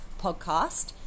podcast